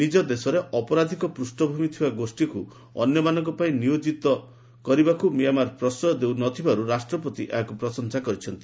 ନିଜ ଦେଶରେ ଅପରାଧିକ ପୃଷଭୂମି ଥିବା ଗୋଷ୍ଠୀକୁ ଅନ୍ୟମାନଙ୍କ ପାଇଁ ନିୟୋଜିତ କରିବାକୁ ମ୍ୟାଁମାର ପ୍ରଶ୍ରୟ ଦେଉନଥିବାରୁ ରାଷ୍ଟ୍ରପତି ଏହାକୁ ପ୍ରଶଂସା କରିଛନ୍ତି